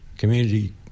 Community